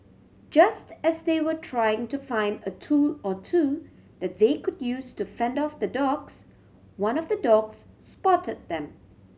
just as they were trying to find a tool or two that they could use to fend off the dogs one of the dogs spotted them